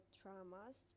traumas